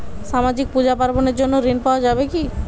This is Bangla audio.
সামাজিক পূজা পার্বণ এর জন্য ঋণ পাওয়া যাবে কি?